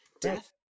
Death